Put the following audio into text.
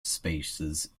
spaces